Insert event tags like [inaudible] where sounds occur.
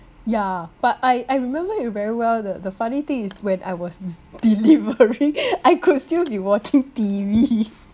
yeah but I I remember it very well the the funny thing is when I was delivering [laughs] I could still be watching T_V